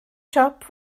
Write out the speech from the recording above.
siop